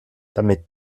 damit